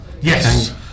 Yes